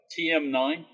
TM9